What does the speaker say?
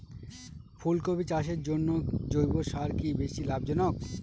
ফুলকপি চাষের জন্য জৈব সার কি বেশী লাভজনক?